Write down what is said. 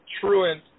truant